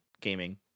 gaming